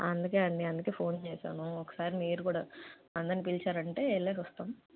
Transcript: అందుకే అండి అందుకే ఫోన్ చేశాను ఒకసారి మీరు కూడా అందరినీ పిలిచారంటే వెళ్ళేసొస్తాము